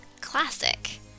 classic